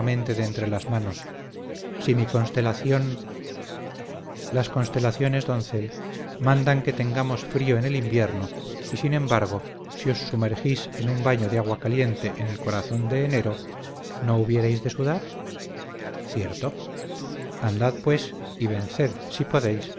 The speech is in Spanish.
entre las manos si mi constelación las constelaciones doncel mandan que tengamos frío en el invierno y sin embargo si os sumergís en un baño de agua caliente en el corazón de enero no hubierais de sudar cierto andad pues y venced si podéis